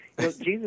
Jesus